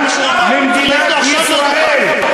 גם ממדינת ישראל.